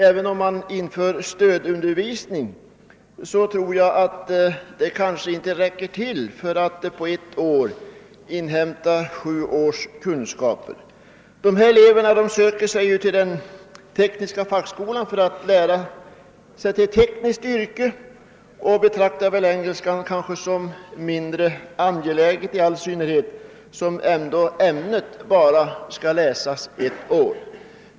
Jag tror inte ens att stödundervisning räcker till för att man på ett år skall inhämta sju års kunskaper. Dessa elever söker sig till den tekniska fackskolan för att lära sig till ett tekniskt yrke, och de betraktar kanske engelskan som någonting mindre angeläget, i synnerhet som de skall läsa ämnet endast under ett år.